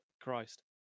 Christ